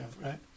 right